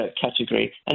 category